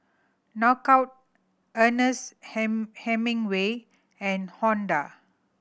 Knockout Ernest Hemingway and Honda